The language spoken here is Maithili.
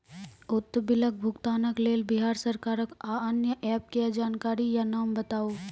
उक्त बिलक भुगतानक लेल बिहार सरकारक आअन्य एप के जानकारी या नाम बताऊ?